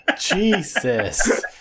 Jesus